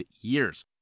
years